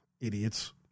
Idiots